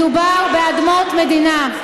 מדובר באדמות מדינה.